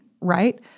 right